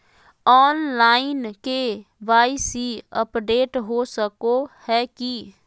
Online KYC update हो सको है की?